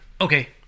okay